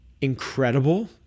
incredible